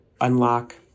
unlock